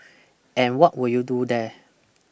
and what will you do there